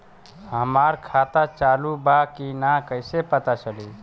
हमार खाता चालू बा कि ना कैसे पता चली?